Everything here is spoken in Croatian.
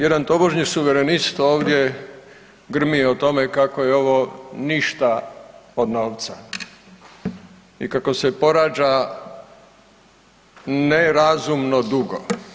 Jedan tobožnji suverenist ovdje grmi o tome kako je ovo ništa od novca i kako se porađa nerazumnost dugo.